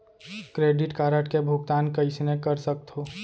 Credit card के भुगतान कईसने कर सकथो?